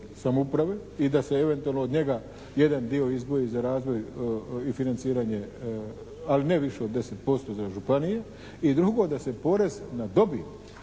samouprave i da se eventualno od njega jedan dio izdvoji za razvoj i financiranje ali ne više od 10% za županije. I drugo da se porez na dobit